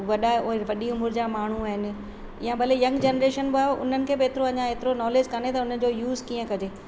वॾा वॾी उमिरि जा माण्हू आहिनि या भले यंग जनरेशन बि उन्हनि खे बि एतिरो अञा एतिरो नॉलेज कोन त उन जो यूज़ कीअं कजे